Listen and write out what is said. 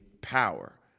power